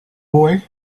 boy